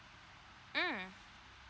mm